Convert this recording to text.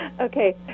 Okay